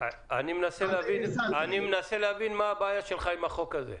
אני מנסה להבין מה הבעיה שלך עם החוק הזה.